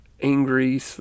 angry